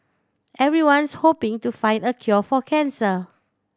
everyone's hoping to find the cure for cancer